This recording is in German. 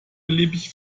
beliebig